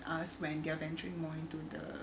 ask when they're venturing more into the